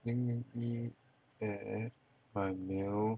零零一 add my mail